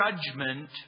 judgment